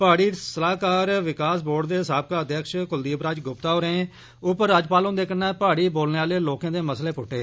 पाहड़ी सलाहकार विकास बोर्ड दे साबका अध्यक्ष कुलदीप राज गुप्ता होरें उप राज्यपाल हन्दे कन्नै पाहड़ी बोलने आर्ले लोकें दे मसले पुट्टे